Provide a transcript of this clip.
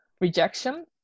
rejection